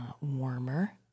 warmer